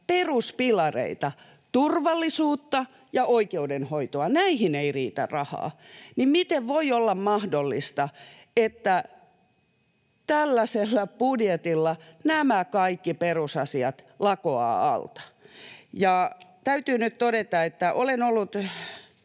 peruspilareita: turvallisuutta ja oikeudenhoitoa. Näihin ei riitä rahaa. Miten voi olla mahdollista, että tällaisella budjetilla nämä kaikki perusasiat lakoavat alta? Täytyy nyt todeta, että olen ollut